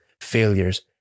failures